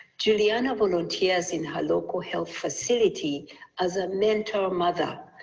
juliana volunteers in her local health facility as a mentor mother,